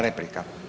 Replika.